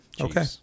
Okay